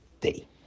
day